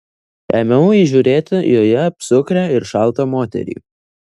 ėmiau įžiūrėti joje apsukrią ir šaltą moterį